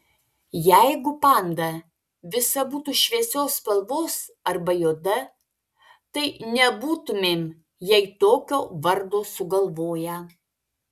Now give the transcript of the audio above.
jeigu panda visa būtų šviesios spalvos arba juoda tai nebūtumėm jai tokio vardo sugalvoję